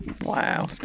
Wow